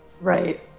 right